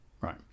right